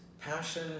Passion